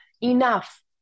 enough